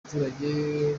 abaturage